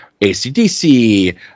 ACDC